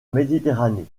méditerranée